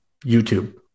YouTube